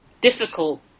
difficult